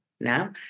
now